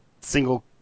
single